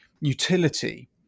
utility